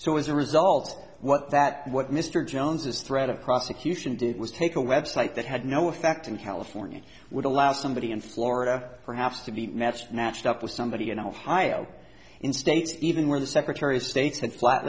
so as a result what that what mr jones's threat of prosecution did was take a website that had no effect in california would allow somebody in florida perhaps to be matched matched up with somebody in ohio in states even where the secretary of state said flat